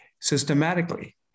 systematically